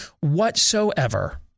whatsoever